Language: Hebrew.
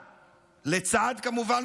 כמובן,